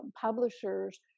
publishers